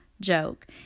joke